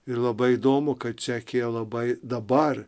ir labai įdomu kad čekija labai dabar